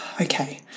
okay